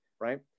right